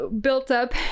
built-up